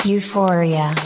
Euphoria